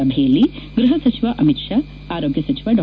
ಸಭೆಯಲ್ಲಿ ಗೃಹಸಚಿವ ಅಮಿತ್ ಶಾ ಆರೋಗ್ಯ ಸಚಿವ ಡಾ